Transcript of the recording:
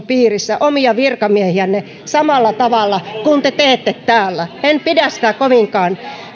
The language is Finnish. piirissä omia virkamiehiänne samalla tavalla kuin te teette täällä en pidä sitä kovinkaan